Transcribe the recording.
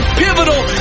pivotal